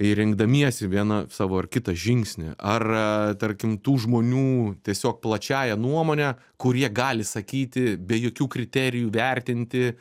rinkdamiesi vieną savo ar kitą žingsnį ar tarkim tų žmonių tiesiog plačiąja nuomone kurie gali sakyti be jokių kriterijų vertinti